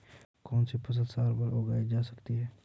कौनसी फसल साल भर उगाई जा सकती है?